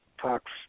talks